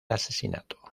asesinato